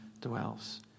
dwells